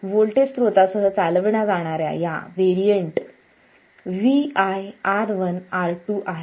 voltage स्त्रोतासह चालविल्या जाणार्या या मध्ये व्हेरिएंट Vi R1 R2 आहे